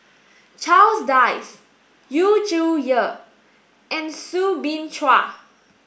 Charles Dyce Yu Zhuye and Soo Bin Chua